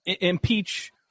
impeach